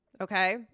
Okay